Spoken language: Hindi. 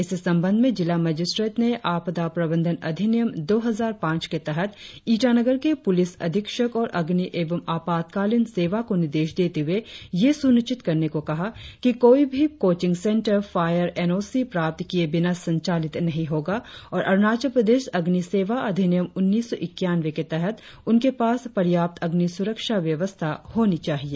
इस संबंध में जिला मजिस्ट्रेट ने आपदा प्रबंधन अधिनियम दो हजार पांच के तहत ईटानगर के पुलिस अधीक्षक और अग्नि एवं आपातकालिन सेवा को निर्देश देते हुए यह सुनिश्चित करने को कहा कि कोई भी coaching centre fire N O C प्राप्त किए बिना संचालित नहीं होगा और अरुणाचल प्रदेश अग्नि सेवा अधिनियम उन्नीस सौ ईक्यानवें के तहत उनके पास पर्याप्त अग्नि सुरक्षा व्यवस्था होनी चाहिए